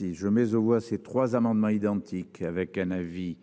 je mais on voit ces trois amendements identiques, avec un avis.